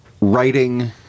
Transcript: writing